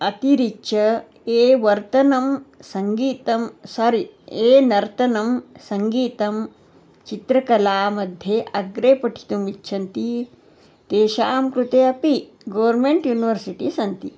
अतिरिच्य ये वर्तनं सङ्गीतं सारि ये नर्तनं सङ्गीतं चित्रकला मध्ये अग्रे पठितुम् इच्छन्ति तेषां कृते अपि गोर्मेण्ट् यूनिवर्सिटी सन्ति